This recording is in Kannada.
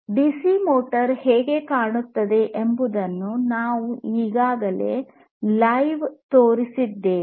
ಡಿಸಿ ಮೋಟರ್ ಹೇಗೆ ಕಾಣುತ್ತದೆ ಎಂಬುದನ್ನು ನಾನು ಈಗಾಗಲೇ ಲೈವ್ ತೋರಿಸಿದ್ದೇನೆ